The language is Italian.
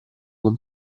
con